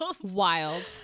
Wild